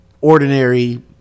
ordinary